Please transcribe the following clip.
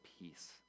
peace